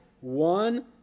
one